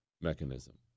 mechanism